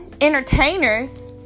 entertainers